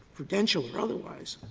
prudential or otherwise,